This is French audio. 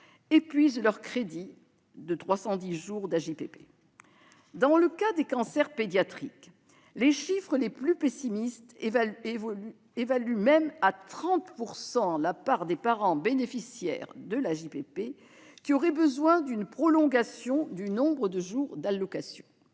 épuisent leur crédit de 310 jours d'AJPP. Dans le cas de cancers pédiatriques, selon les estimations les plus pessimistes, 30 % des parents bénéficiaires de l'AJPP auraient besoin d'une prolongation du nombre de jours d'allocation.